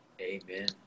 Amen